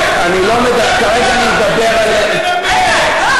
כרגע אני מדבר על הילדים